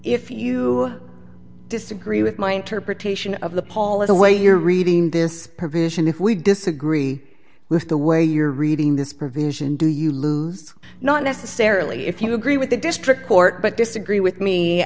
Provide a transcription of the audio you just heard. if you disagree with my interpretation of the paula the way you're reading this provision if we disagree with the way you're reading this provision do you lose not necessarily if you agree with the district court but disagree with me